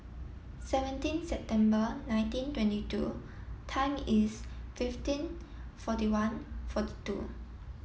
seventeen September nineteen twenty two time is fifteen forty one forty two